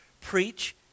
preach